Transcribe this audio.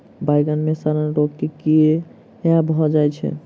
बइगन मे सड़न रोग केँ कीए भऽ जाय छै?